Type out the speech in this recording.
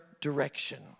direction